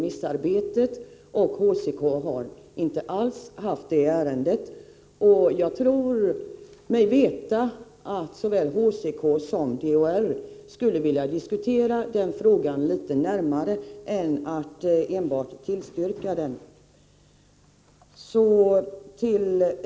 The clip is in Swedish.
Synpunkterna har framkommit under remissarbetet. Jag tror mig veta att såväl HCK som DHR skulle vilja diskutera förslaget litet närmare hellre än att enbart tillstyrka det.